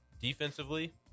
Defensively